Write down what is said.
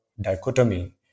dichotomy